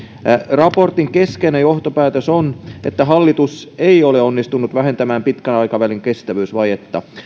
raportin keskeinen johtopäätös on että hallitus ei ole onnistunut vähentämään pitkän aikavälin kestävyysvajetta